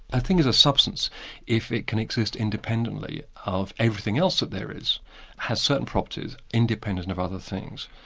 a thing is a substance if it can exist independently of everything else that there is has certain properties independent of other things.